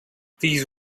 these